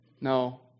No